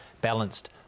balanced